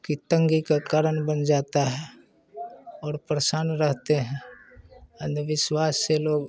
कि तंगी का कारण बन जाता है और परेशान रहते हैं अंधविश्वास से लोग